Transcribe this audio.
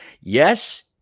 yes